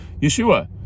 Yeshua